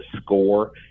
score